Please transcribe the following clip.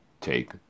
take